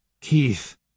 Keith